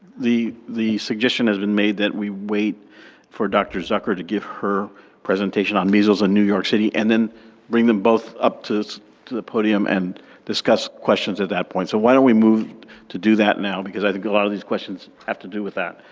the the suggestion has been made that we wait for dr. zucker to give her presentation on measles in new york city and then bring them both up to to the podium and discuss questions at that point. so, why don't we move to do that now? because i think a lot of these questions have to do with that.